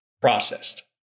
processed